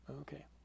Okay